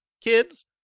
kids